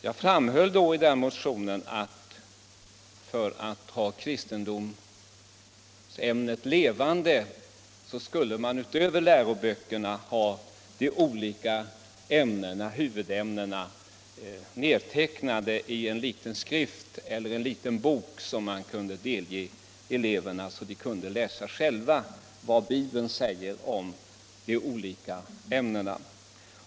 Jag framhöll i motionen att för att hålla kristendomsämnet levande skulle man utöver läroböckerna ha de olika huvudämnena nedtecknade i en liten bok som man kunde låta eleverna få ta del av, så att de själva kunde läsa vad Bibeln säger om de skilda ämnena.